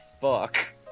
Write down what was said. fuck